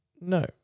no